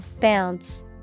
Bounce